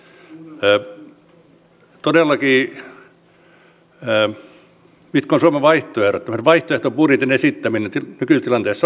todellakin mitkä ovat suomen vaihtoehdot